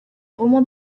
roman